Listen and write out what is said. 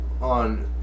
on